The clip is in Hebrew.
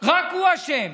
רק הוא אשם,